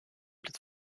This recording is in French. plate